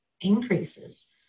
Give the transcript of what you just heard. increases